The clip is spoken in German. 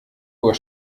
uhr